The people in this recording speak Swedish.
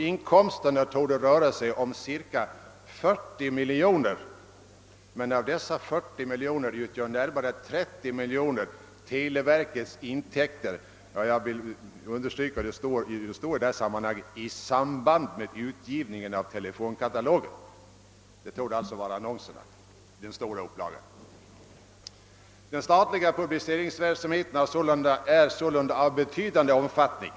Inkomsterna torde röra sig om cirka 40 miljoner, men av dessa 40 miljoner utgör närmare 30 miljoner televerkets inkomster i samband med utgivningen av telefonkatalogen — det torde vara annonserna i den stora upplagan. Den statliga publiceringsverksamheten är sålunda av betydande omfattning.